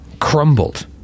crumbled